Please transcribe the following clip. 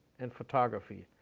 and photography,